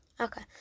Okay